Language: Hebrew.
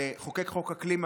לחוקק חוק אקלים,